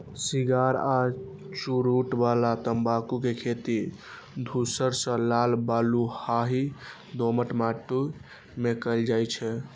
cigar आ चुरूट बला तंबाकू के खेती धूसर सं लाल बलुआही दोमट माटि मे कैल जाइ छै